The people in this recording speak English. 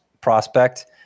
prospect